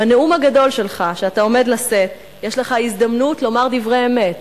בנאום הגדול שלך שאתה עומד לשאת יש לך הזדמנות לומר דברי אמת,